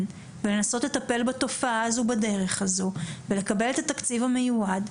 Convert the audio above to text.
ולנסות לטפל בתופעה הזאת בדרך הזו ולקבל את התקציב המיועד,